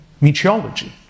meteorology